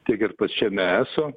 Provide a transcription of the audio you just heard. tiek ir pačiame eso